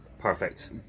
perfect